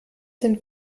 sind